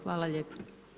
Hvala lijepo.